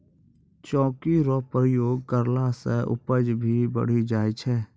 चौकी रो प्रयोग करला से उपज भी बढ़ी जाय छै